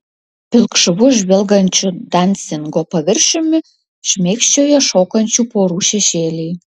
pilkšvu žvilgančiu dansingo paviršiumi šmėkščioja šokančių porų šešėliai